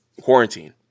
quarantine